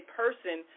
person